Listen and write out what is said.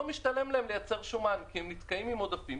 משתלם להם לייצר שומן כי הם נתקעים עם עודפים,